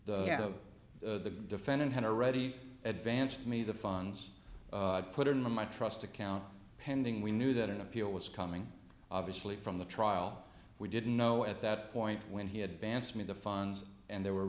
head of the defendant had already advanced me the funds put in my trust account pending we knew that an appeal was coming obviously from the trial we didn't know at that point when he advanced me the funds and they were